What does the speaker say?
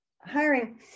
Hiring